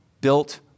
built